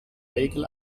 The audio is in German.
regel